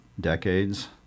decades